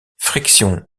frictions